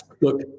look